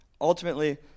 Ultimately